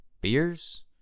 beers